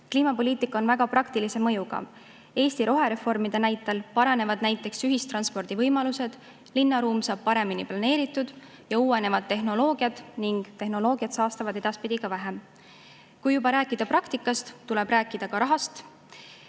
Kliimapoliitika on väga praktilise mõjuga. Eesti rohereformide näitel paranevad ühistranspordivõimalused, linnaruum saab paremini planeeritud ja uueneb tehnoloogia, mis edaspidi ka saastab vähem. Kui juba rääkida praktikast, tuleb rääkida ka rahast.